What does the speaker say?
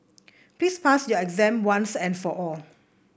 please pass your exam once and for all